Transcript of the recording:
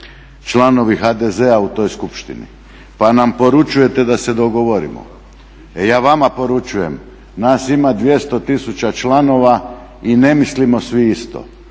članovi HDZ-a u toj skupštini. Pa nam poručujete da se dogovorimo. E ja vama poručujem nas ima 200 tisuća članova i ne mislimo svi isto.